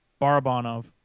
Barabanov